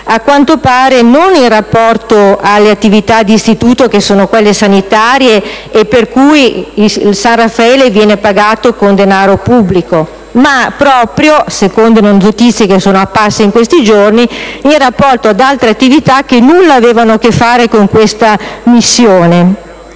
a quanto pare non in rapporto alle attività di istituto di carattere sanitario per le quali il San Raffaele viene pagato con denaro pubblico, ma, secondo le notizie che circolano in questi giorni, in rapporto ad altre attività che nulla avevano a che fare con questa missione.